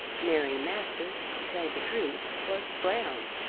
mary masters, to tell the truth, was brown.